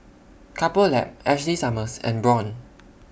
Couple Lab Ashley Summers and Braun